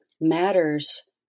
matters